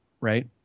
right